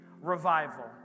revival